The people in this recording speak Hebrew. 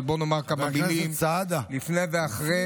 אבל בואו נאמר כמה מילים לפני ואחרי,